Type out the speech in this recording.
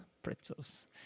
pretzels